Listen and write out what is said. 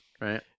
right